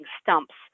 stumps